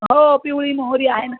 हो पिवळी मोहरी आहे ना